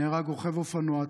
נהרג רוכב אופנוע,